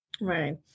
Right